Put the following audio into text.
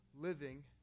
living